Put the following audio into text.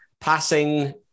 Passing